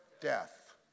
death